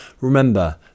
Remember